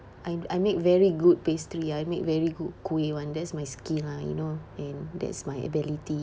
I I make very good pastry I make very good kueh one that's my skill lah you know and that's my ability